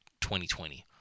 2020